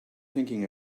thinking